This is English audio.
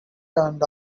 turned